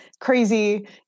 crazy